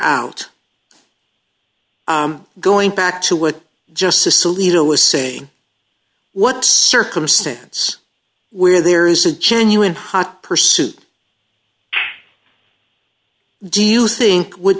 figure going back to what justice alito was saying what circumstance where there is a genuine hot pursuit do you think would